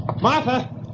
Martha